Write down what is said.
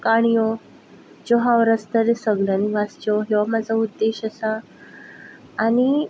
काणयो ज्यो हांव रचतलें त्यो सगळ्यांनी वाचच्यो हो म्हजो उद्देश आसा आनी